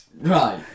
Right